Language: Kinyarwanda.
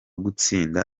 gutsinda